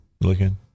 looking